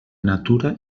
natura